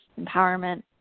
empowerment